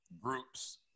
groups